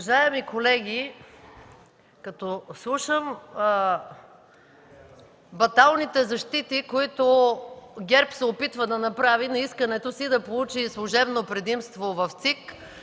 Уважаеми колеги, като слушам баталните защити, които ГЕРБ се опитва да направи на искането си да получи служебно предимство в ЦИК,